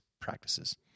practices